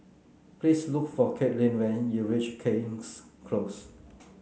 please look for Katelynn when you reach King's Close